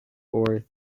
for